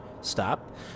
stop